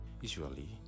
Usually